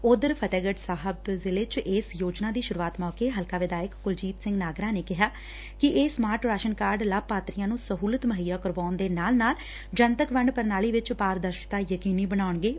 ਓਧਰ ਫਤਹਿਗੜ੍ ਸਾਹਿਬ ਚ ਇਸ ਯੋਜਨਾ ਦੀ ਸ਼ੁਰੁਆਤ ਮੌਕੇ ਹਲਕਾ ਵਿਧਾਇਕ ਕੁਲਜੀਤ ਸਿੰਘ ਨਾਗਰਾ ਨੇ ਕਿਹਾ ਕਿ ਇਹ ਸਮਾਰਟ ਰਾਸ਼ਨ ਕਾਰਡ ਲਾਭਪਾਤਰੀਆਂ ਨੇ ਸਹੁਲਤ ਮੁੱਹਈਆ ਕਰਾਉਣ ਦੇ ਨਾਲ ਨਾਲ ਜਨਤਕ ਵੰਡ ਪ੍ਰਣਾਲੀ ਵਿਚ ਪਾਰਦਰਸ਼ਤਾ ਯਕੀਨੀ ਬਣਾਉਣਗੇਂ